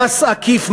מס עקיף,